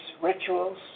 rituals